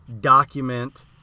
document